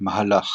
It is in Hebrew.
מהלך